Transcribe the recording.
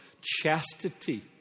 chastity